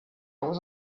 was